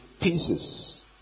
pieces